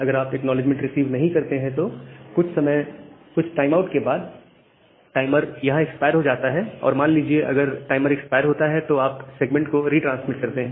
अगर आप acknowledgement receive नहीं करते हैं तो कुछ टाइम आउट के बाद टाइमर यहां एक्सपायर हो जाता है और मान लीजिए अगर टाइमर एक्सपायर होता है तो आप सेगमेंट को रिट्रांसमिट करते हैं